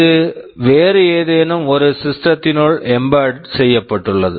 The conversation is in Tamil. இது வேறு ஏதேனும் ஒரு சிஸ்டம் system தினுள் எம்பெடெட் embedded செய்யப்பட்டுள்ளது